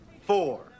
four